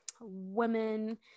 women